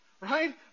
right